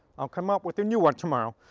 i'll come up with a new one tomorrow.